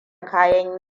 kayan